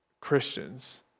Christians